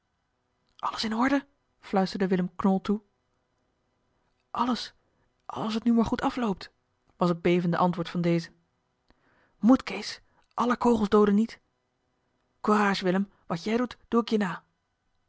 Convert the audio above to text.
alles in orde fluisterde willem knol toe alles als het nu maar goed afloopt was het bevende antwoord van dezen moed kees alle kogels dooden niet courage willem wat jij doet doe ik je na